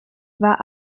war